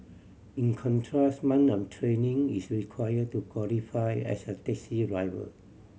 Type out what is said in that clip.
in contrast month of training is require to qualify as a taxi driver